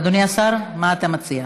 אדוני השר, מה אתה מציע?